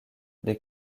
des